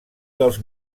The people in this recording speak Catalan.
dels